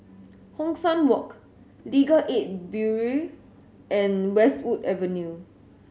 Hong San Walk Legal Aid Bureau and Westwood Avenue